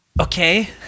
Okay